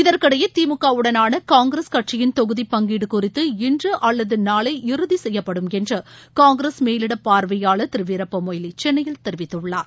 இதற்கிடையே திமுக வுடனான காங்கிரஸ் கட்சியின் தொகுதி பங்கீடு குறித்து இன்று அல்லது நாளை இறுதி செய்யப்படும் என்று காங்கிரஸ் மேலிட பார்வையாளர் திரு வீரப்பமொய்லி சென்னையில் தெரிவித்துள்ளார்